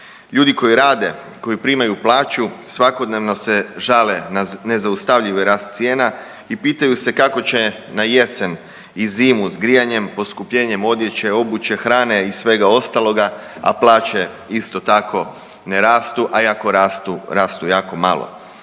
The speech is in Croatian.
Ljudi koji rade, koji primaju plaću svakodnevno se žale na nezaustavljivi rast cijena i pitaju se kako će na jesen i zimu s grijanjem, poskupljenjem odjeće, obuće, hrane i svega ostaloga, a plaće isto tako ne rastu, a i ako rastu rastu jako malo.